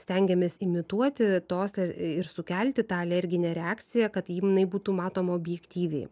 stengiamės imituoti tos ir sukelti tą alerginę reakciją kad jinai būtų matoma objektyviai